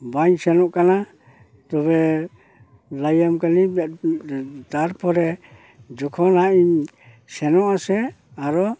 ᱵᱟᱧ ᱥᱮᱱᱚᱜ ᱠᱟᱱᱟ ᱛᱚᱵᱮ ᱞᱟᱹᱭᱟᱢ ᱠᱟᱹᱱᱟᱹᱧ ᱛᱟᱨᱯᱚᱨᱮ ᱡᱚᱠᱷᱚᱱᱼᱦᱟᱜ ᱤᱧ ᱥᱮᱱᱚᱜᱼᱟ ᱥᱮ ᱟᱨᱚ